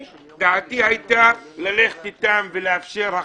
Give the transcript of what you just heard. דעתי היתה ללכת אתם ולאפשר החרגה.